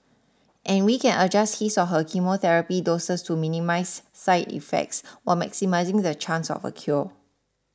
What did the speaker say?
and we can adjust his or her chemotherapy doses to minimise side effects while maximising the chance of a cure